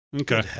Okay